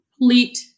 complete